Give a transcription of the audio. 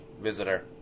visitor